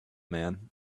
man